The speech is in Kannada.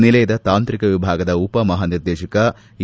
ನಿಲಯದ ತಾಂತ್ರಿಕ ವಿಭಾಗದ ಉಪ ಮಹಾನಿರ್ದೇಶಕ ಎ